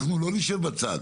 אנחנו לא נשב בצד,